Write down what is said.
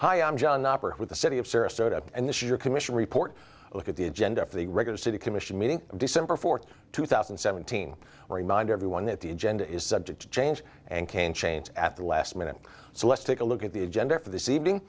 hi i'm john with the city of sarasota and the sugar commission report look at the agenda for the regular city commission meeting december fourth two thousand and seventeen remind everyone that the agenda is subject to change and can change at the last minute so let's take a look at the agenda for this evening